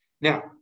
Now